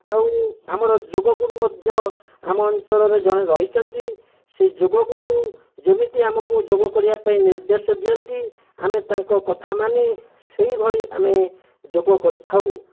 ଆଉ ଆମର ଯୋଗଗୁରୁ ମଧ୍ୟ ଆମ ଅଞ୍ଚଳରେ ଜଣେ ରହିଛନ୍ତି ସେ ଯୋଗଗୁରୁ ଯେମିତି ଆମକୁ ଯୋଗ କରିବା ପାଇଁ ନିର୍ଦ୍ଦେଶ ଦିଅନ୍ତି ଆମେ ତାଙ୍କ କଥା ମାନି ସେହିଭଳି ଆମେ ଯୋଗ କରିଥାଉ